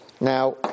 Now